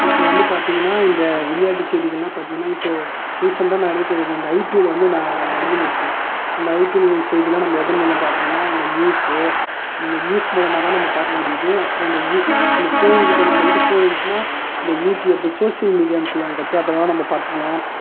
இப்போ வந்து பார்த்தீங்கனா இந்த விளையாட்டு செய்திகள் எல்லாம் பார்த்தீங்கனா இப்போ ரீசன்ட்டாக நடைப்பெறுது இந்த ஐபிஎல் வந்து ந நடந்துன்னு இருக்கு அந்த ஐபிஎல் செய்தி எல்லாம் நம்ப எதன் மூலமாக பார்க்குறோன்னா இந்த நியூஸு இந்த நியூஸ் மூலமாகதான் நம்ம பார்க்க முடியுது அப்புறோம் இந்த நியூ நம்ம ஃபோன் கிட்ட நம்ம கிட்ட ஃபோன் இருந்துச்சுன்னா இந்த யூடியூப் சோஷியல் மீடியான்னு சொல்லுவாங்க பார்த்தியா அதெலாம் நம்ப பார்த்துக்கலாம்